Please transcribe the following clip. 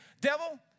devil